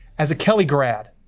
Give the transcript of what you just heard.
as a kelley grad,